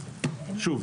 שוב,